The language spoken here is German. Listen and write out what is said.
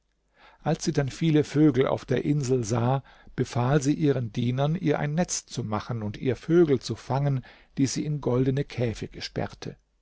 als sie dann viele vögel auf der insel sah befahl sie ihren dienern ihr ein netz zu machen und ihr vögel zu fangen die sie in goldene käfige sperrte